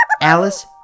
Alice